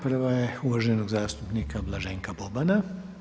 Prva je uvaženog zastupnika Blaženka Bobana.